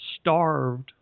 starved